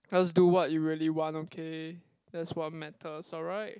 just do what you really want okay that's what matters alright